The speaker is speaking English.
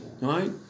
right